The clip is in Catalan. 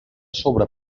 sobre